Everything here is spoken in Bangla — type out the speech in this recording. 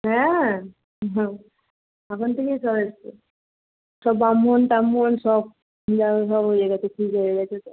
হ্যাঁ এখন থেকেই সব এসছে সব ব্রাহ্মণ টাম্মন সব